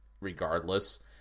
regardless